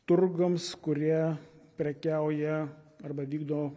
turgams kurie prekiauja arba vykdo